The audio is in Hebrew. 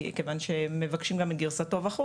כי מבקשים גם את הגרסה שלו וכולי,